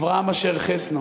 אברהם אשר חסנו,